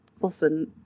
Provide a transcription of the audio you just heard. listen